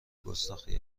گستاخی